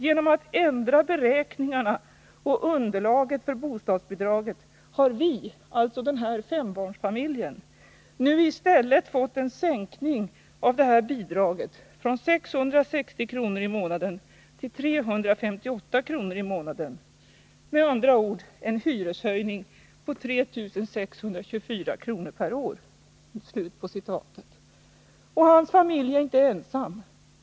Genom att ändra beräkningarna och underlaget för bostadsbidraget har vi” — alltså den här fembarnsfamiljen — ”nu istället fått en sänkning av det här bidraget från 660 kr mån. Med andra ord en hyreshöjning på 3 624 kr/år.” Hans familj är inte ensam.